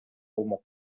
болмок